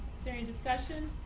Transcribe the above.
during discussion,